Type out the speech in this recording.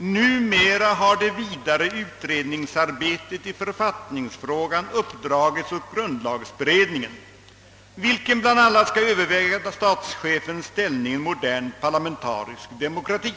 »Numera har det vidare utredningsarbetet i författningsfrågan uppdragits åt grundlagberedningen, vilken bl.a. skall överväga statschefens ställning i en modern parlamentarisk demokrati.